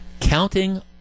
counting